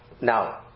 now